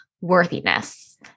worthiness